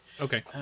Okay